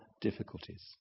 difficulties